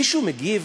מישהו מגיב?